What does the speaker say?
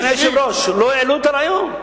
אדוני היושב-ראש, לא העלו את הרעיון.